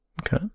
Okay